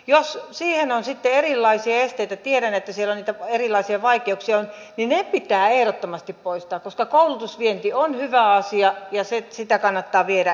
jos siihen on sitten erilaisia esteitä tiedän että siellä on niitä erilaisia vaikeuksia niin ne pitää ehdottomasti poistaa koska koulutusvienti on hyvä asia ja sitä kannattaa viedä eteenpäin